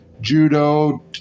Judo